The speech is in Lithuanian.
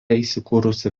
įsikūrusi